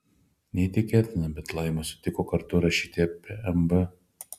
neįtikėtina bet laima sutiko kartu rašyti apie mb